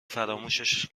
فراموشش